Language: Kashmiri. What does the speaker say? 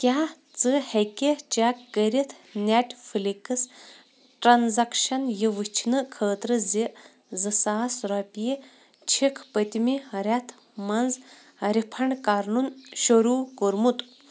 کیٛاہ ژٕ ہیٚکہِ چیٚک کٔرِتھ نیٚٹفٕلِکس ٹرٛانزیکشن یہِ ؤچھنہٕ خٲطرٕ زِ زٕساس رۄپیہِ چھِکھ پٔتۍمہِ رٮ۪تھ منٛز رِفنٛڈ کرُن شروٗع کوٚرمُت